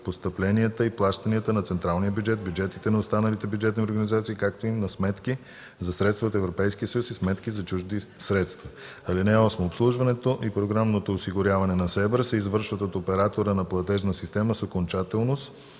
постъпленията и плащанията на централния бюджет, бюджетите на останалите бюджетни организации, както и на сметки за средства от Европейския съюз и сметки за чужди средства. (8) Обслужването и програмното осигуряване на СЕБРА се извършват от оператора на платежна система с окончателност